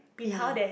ya